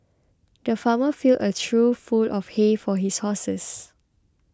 the farmer filled a trough full of hay for his horses